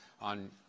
on